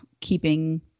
keeping